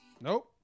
Nope